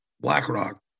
BlackRock